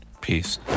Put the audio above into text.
Peace